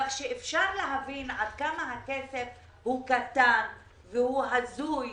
כך שאפשר להבין עד כמה הכסף הוא קטן והוא הזוי,